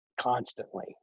constantly